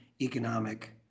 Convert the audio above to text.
economic